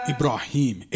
Ibrahim